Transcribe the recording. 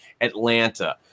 Atlanta